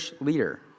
leader